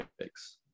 picks